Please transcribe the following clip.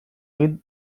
egin